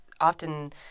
often